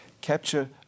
capture